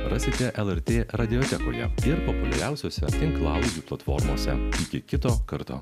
rasite lrt radiotekoje ir populiariausiose tinklalaidžių platformose iki kito karto